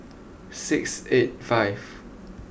six eight five